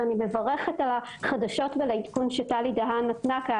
ואני מברכת על החדשות והעדכון שטלי דהן נתנה פה,